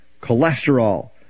Cholesterol